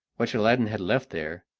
which aladdin had left there,